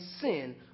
sin